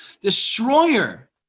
Destroyer